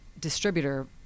distributor